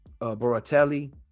Boratelli